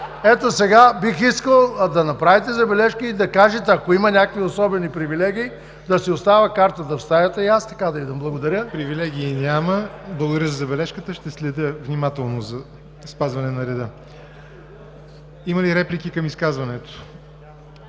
Ето сега бих искал да направите забележка и да кажете, ако има някакви особени привилегии да си оставя картата в стаята и аз така да идвам. Благодаря. ПРЕДСЕДАТЕЛ ЯВОР НОТЕВ: Привилегии няма! Благодаря за забележката. Ще следя внимателно за спазване на реда. Има ли реплики към изказването